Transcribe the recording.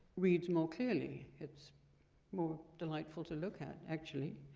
reads more clearly. it's more delightful to look at actually.